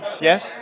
Yes